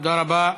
תודה רבה.